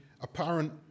apparent